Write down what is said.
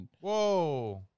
Whoa